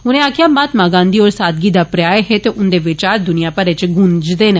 उनें आक्खेया महात्मा गांधी होर सादगी दा पर्याय हे ते उन्दे विचार द्निया भर च गूंजदे न